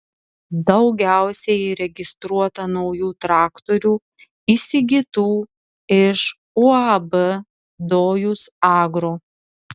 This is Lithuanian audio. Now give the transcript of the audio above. daugiausiai įregistruota naujų traktorių įsigytų iš uab dojus agro